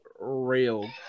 real